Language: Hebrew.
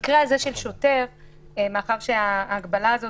במקרה הזה, מאחר שההגבלה הזאת,